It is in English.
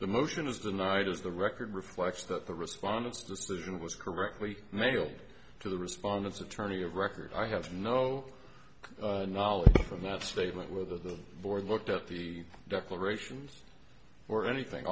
the motion is tonight as the record reflects that the respondents decision was correctly mailed to the respondents attorney of record i have no knowledge from that statement with the board looked at the declarations or anything